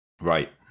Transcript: right